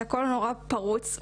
שהכל נורא פרוץ,